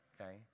okay